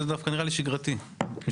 זה נראה לי שגרתי בשבילך.